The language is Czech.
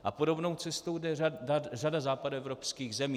A podobnou cestou jde řada západoevropských zemí.